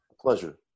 pleasure